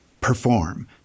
perform